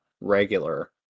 Regular